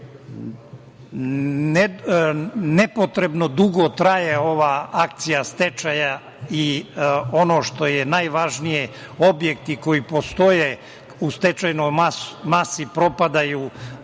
nepotrebno dugo traje ova akcija stečaja i, ono što je najvažnije, objekti koji postoje u stečajnoj masi propadaju